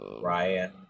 Ryan